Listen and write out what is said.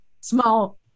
small